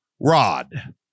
rod